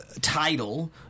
title